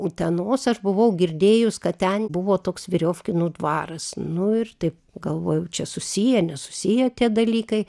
utenos aš buvau girdėjus kad ten buvo toks viriofkinų dvaras nu ir taip galvojau čia susiję nesusiję tie dalykai